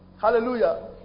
Hallelujah